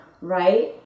right